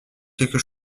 quelque